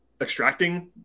extracting